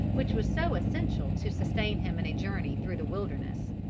which was so essential to sustain him in a journey through the wilderness.